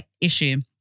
issue